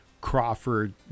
Crawford